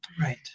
Right